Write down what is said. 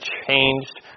changed